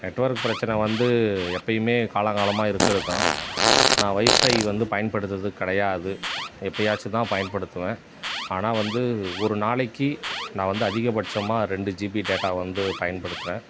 net work பிரச்சின வந்து எப்பயுமே காலங்காலமாக இருக்கிறது தான் நான் ஒய்ஃபைவ் வந்து பயன்படுத்துவறது கிடையாது எப்பயாச்சும் தான் பயன்படுத்துவேன் ஆனால் வந்து ஒரு நாளைக்கு நான் வந்து அதிகப்பட்சமாக ரெண்டு ஜிபி டேட்டா வந்து பயன்படுத்துகிறேன்